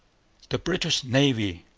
the british navy.